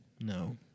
No